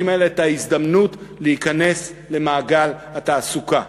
האלה את ההזדמנות להיכנס למעגל התעסוקה?